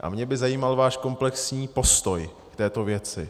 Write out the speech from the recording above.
A mě by zajímal váš komplexní postoj k této věci.